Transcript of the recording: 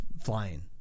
flying